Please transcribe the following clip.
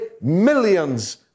millions